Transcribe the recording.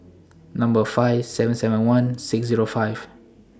five seven seven one six Zero five